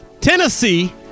Tennessee